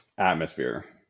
atmosphere